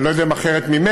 אני לא יודע אם אחרת ממך,